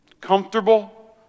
comfortable